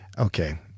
Okay